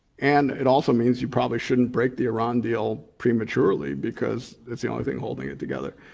and it also means, you probably shouldn't break the iran deal prematurely, because that's the only thing holding it together.